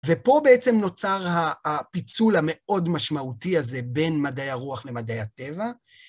ופה בעצם נוצר הפיצול המאוד משמעותי הזה בין מדעי הרוח למדעי הטבע.